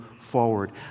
forward